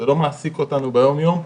זה לא מעסיק אותנו ביום-יום.